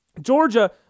Georgia